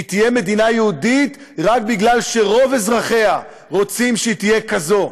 והיא תהיה מדינה יהודית רק בגלל שרוב אזרחיה רוצים שהיא תהיה כזו,